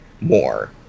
more